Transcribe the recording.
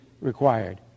required